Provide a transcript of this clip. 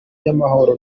y’amahoro